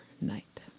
night